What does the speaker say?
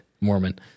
Mormon